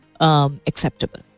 acceptable